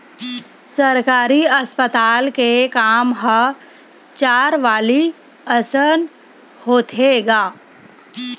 सरकारी अस्पताल के काम ह चारवाली असन होथे गा